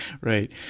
Right